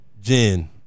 Jen